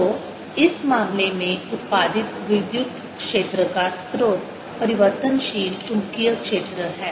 तो इस मामले में उत्पादित विद्युत क्षेत्र का स्रोत परिवर्तनशील चुंबकीय क्षेत्र है